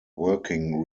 working